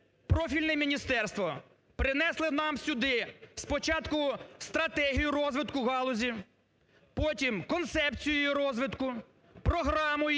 профільне міністерство принесли нам сюди спочатку стратегію розвитку галузі, потім концепцію її розвитку, програму її